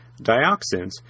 Dioxins